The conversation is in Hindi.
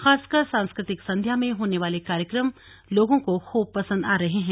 खासकर सांस्कृतिक संध्या में होने वाले कार्यक्रम लोगों को खूब पसंद आ रहे हैं